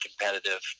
competitive